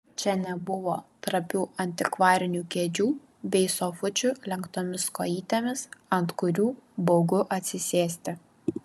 čia nebuvo trapių antikvarinių kėdžių bei sofučių lenktomis kojytėmis ant kurių baugu atsisėsti